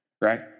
right